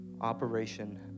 Operation